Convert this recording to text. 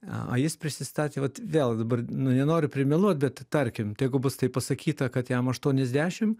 a jis prisistatė vat vėl dabar nu nenoriu primeluot bet tarkim tegu bus taip pasakyta kad jam aštuoniasdešim